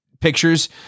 pictures